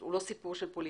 הוא לא סיפור של פוליטיקה,